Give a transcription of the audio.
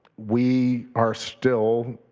we are still